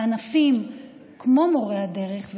ענפים כמו מורי הדרך,